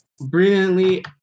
brilliantly